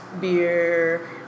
beer